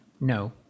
No